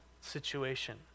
situation